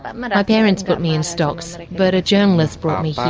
um and parents put me in stocks but a journalist brought me here.